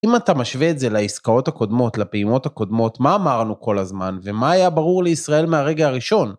אם אתה משווה את זה לעסקאות הקודמות, לפעימות הקודמות, מה אמרנו כל הזמן ומה היה ברור לישראל מהרגע הראשון?